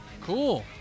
Cool